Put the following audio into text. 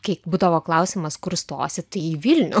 kai būdavo klausimas kur stosi tai į vilnių